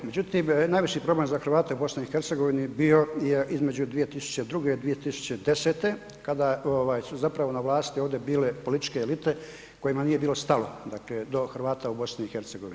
Međutim, najviši problem za Hrvate u BiH bio je između 2002.-2010. kada su zapravo na vlasti ovdje bile političke elite kojima nije bilo stalo, dakle, do Hrvata u BiH.